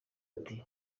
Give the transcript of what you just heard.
ati